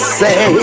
say